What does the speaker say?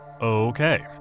Okay